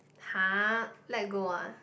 !huh! let go ah